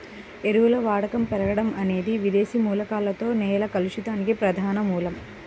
ఎరువుల వాడకం పెరగడం అనేది విదేశీ మూలకాలతో నేల కలుషితానికి ప్రధాన మూలం